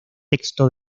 texto